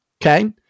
Okay